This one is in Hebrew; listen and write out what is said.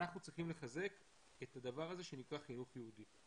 אנחנו צריכים לחזק את הדבר הזה שנקרא חינוך יהודי.